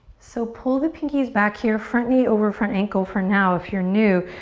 so pull the pinkies back here. front knee over front ankle for now. if you're new,